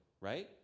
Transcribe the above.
right